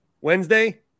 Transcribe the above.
Wednesday